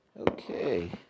Okay